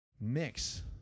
mix